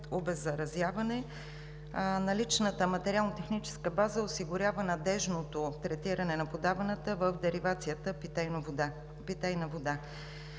обеззаразяване. Наличната материално-техническа база осигурява надеждното третиране на подаваната в деривацията питейна вода.